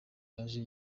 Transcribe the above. yaje